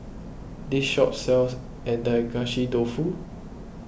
this shop sells Agedashi Dofu